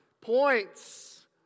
points